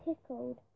tickled